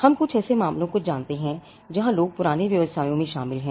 हम कुछ ऐसे मामलों को जानते हैं जहां लोग पुराने व्यवसायों में शामिल हैं